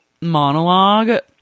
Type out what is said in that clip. monologue